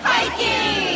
Hiking